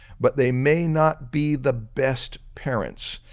but they may not be the best parents.